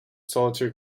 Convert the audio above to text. solitary